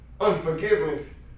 unforgiveness